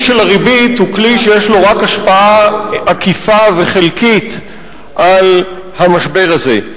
של הריבית הוא כלי שיש לו רק השפעה עקיפה וחלקית על המשבר הזה.